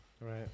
Right